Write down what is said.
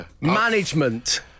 Management